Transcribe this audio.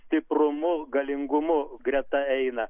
stiprumu galingumu greta eina